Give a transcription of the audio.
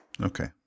Okay